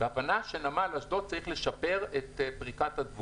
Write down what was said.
מתוך הבנה שנמל אשדוד צריך לשפר את פריקת התבואות.